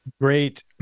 Great